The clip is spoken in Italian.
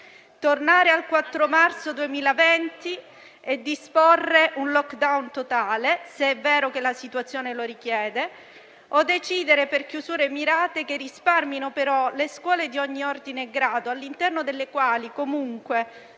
tornare al 4 marzo 2020 e disporre un *lockdown* totale, se è vero che la situazione lo richiede, o decidere per chiusure mirate che risparmino però le scuole di ogni ordine e grado, all'interno delle quali comunque